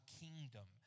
kingdom